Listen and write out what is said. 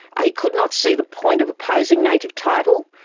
he could not see the point of opposing native title,